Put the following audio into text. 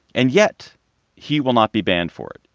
and yet he will not be banned for it.